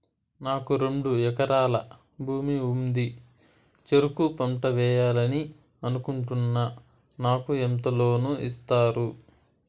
నాకు రెండు ఎకరాల భూమి ఉంది, చెరుకు పంట వేయాలని అనుకుంటున్నా, నాకు ఎంత లోను ఇస్తారు?